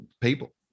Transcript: people